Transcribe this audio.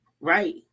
right